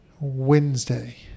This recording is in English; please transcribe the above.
Wednesday